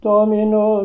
Domino